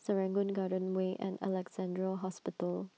Serangoon Garden Way and Alexandra Hospital